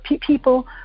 people